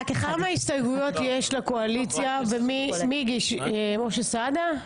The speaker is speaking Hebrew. כמה הסתייגויות יש לקואליציה ומי הגיש, משה סעדה?